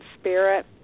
spirit